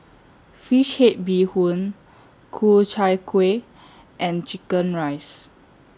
Fish Head Bee Hoon Ku Chai Kueh and Chicken Rice